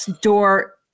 door